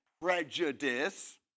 prejudice